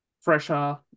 fresher